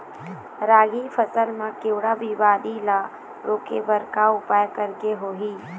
रागी फसल मा केवड़ा बीमारी ला रोके बर का उपाय करेक होही?